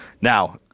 Now